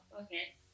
okay